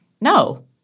no